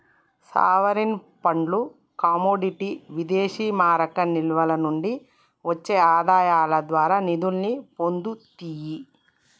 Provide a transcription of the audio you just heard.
sovereign ఫండ్లు commodity విదేశీమారక నిల్వల నుండి వచ్చే ఆదాయాల ద్వారా నిధుల్ని పొందుతియ్యి